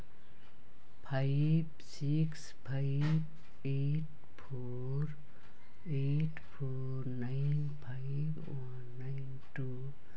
five six five eight four eight four nine five one nine two